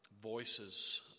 voices